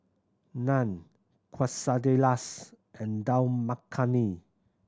Naan Quesadillas and Dal Makhani